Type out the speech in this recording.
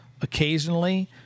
occasionally